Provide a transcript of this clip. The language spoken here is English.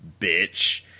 bitch